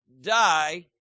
die